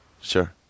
Sure